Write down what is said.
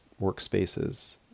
workspaces